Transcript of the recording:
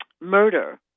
murder